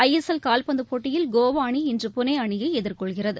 ஐ S L கால்பந்துப் போட்டியில் கோவாஅணி இன்று புனேஅணியைஎதிர்கொள்கிறது